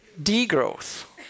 degrowth